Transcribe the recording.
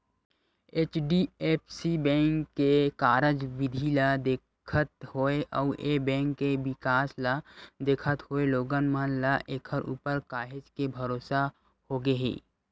HDFC bank के कारज बिधि ल देखत होय अउ ए बेंक के बिकास ल देखत होय लोगन मन ल ऐखर ऊपर काहेच के भरोसा होगे हे